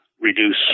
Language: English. reduce